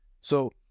So-